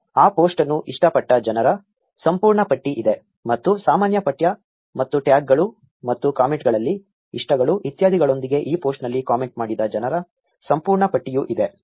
ಈ ಪೋಸ್ಟ್ ಅನ್ನು ಇಷ್ಟಪಟ್ಟ ಜನರ ಸಂಪೂರ್ಣ ಪಟ್ಟಿ ಇದೆ ಮತ್ತು ಸಾಮಾನ್ಯ ಪಠ್ಯ ಮತ್ತು ಟ್ಯಾಗ್ಗಳು ಮತ್ತು ಕಾಮೆಂಟ್ಗಳಲ್ಲಿ ಇಷ್ಟಗಳು ಇತ್ಯಾದಿಗಳೊಂದಿಗೆ ಈ ಪೋಸ್ಟ್ನಲ್ಲಿ ಕಾಮೆಂಟ್ ಮಾಡಿದ ಜನರ ಸಂಪೂರ್ಣ ಪಟ್ಟಿಯೂ ಇದೆ